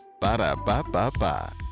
Ba-da-ba-ba-ba